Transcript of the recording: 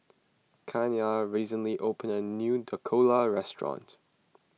Kianna recently opened a new Dhokla restaurant